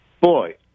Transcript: Boy